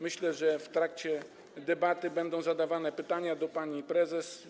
Myślę, że w trakcie debaty będą zadawane pytania pani prezes.